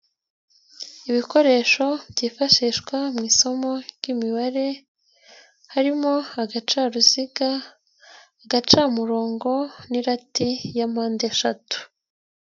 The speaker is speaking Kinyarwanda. Ibikoresho byifashishwa mu isomo ry'imibare, harimo agacaruziga, agacamurongo n'irati ya mpande eshatu.